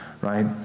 right